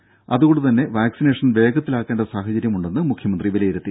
സംസ്ഥാനത്ത് അതുകൊണ്ടുതന്നെ വാക്സിനേഷൻ വേഗത്തിലാക്കേണ്ട സാഹചര്യം ഉണ്ടെന്ന് മുഖ്യമന്ത്രി വിലയിരുത്തി